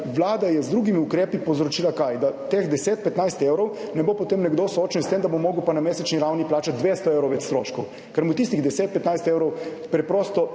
Vlada je z drugimi ukrepi povzročila, kaj, da teh 10, 15 evrov ne bo potem nekdo soočen s tem, da bo mogel pa na mesečni ravni plačati 200 evrov več stroškov, ker mu tistih deset, 15 evrov preprosto